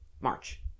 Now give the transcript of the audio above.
March